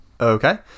okay